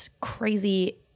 crazy